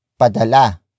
Padala